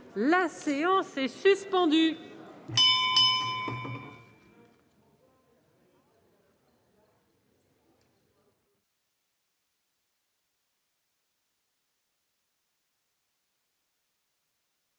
La séance est suspendue.